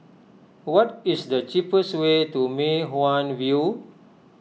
what is the cheapest way to Mei Hwan View